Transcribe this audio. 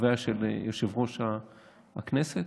בחוויה של יושב-ראש הכנסת,